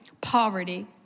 poverty